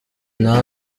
nta